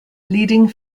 leading